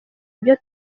ibyo